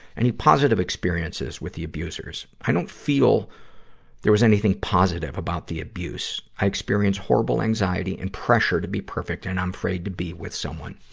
any positive experiences with the abusers? i don't feel there was anything positive about the abuse. i experienced horrible anxiety and pressure to be perfect and i'm afraid to be with someone.